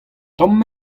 tomm